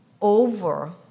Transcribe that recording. over